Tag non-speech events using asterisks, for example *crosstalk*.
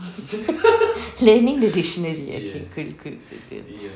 *laughs* learning the dictionary okay good good good good